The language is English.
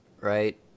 right